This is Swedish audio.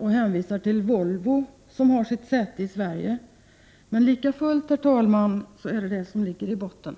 Man hänvisar inte till Volvo, som har sitt säte i Sverige, men lika fullt, herr talman, är det samma inställning som ligger i botten.